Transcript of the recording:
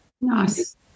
Nice